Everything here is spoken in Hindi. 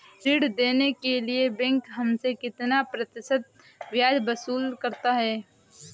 ऋण देने के लिए बैंक हमसे कितना प्रतिशत ब्याज वसूल करता है?